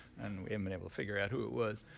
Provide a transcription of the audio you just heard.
and we haven't been able to figure out who it was.